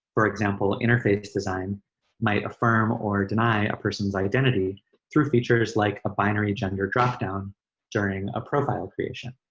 for example, interface design might affirm or deny a person's identity through features like a binary gender drop-down during a profile creation.